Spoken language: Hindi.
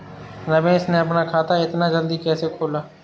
रमेश ने अपना खाता इतना जल्दी कैसे खोला?